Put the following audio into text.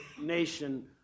nation